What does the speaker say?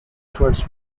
towards